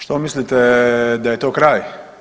Što mislite, da je to kraj?